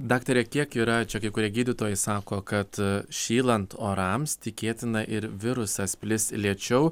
daktare kiek yra čia kai kurie gydytojai sako kad šylant orams tikėtina ir virusas plis lėčiau